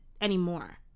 anymore